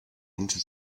into